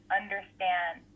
understand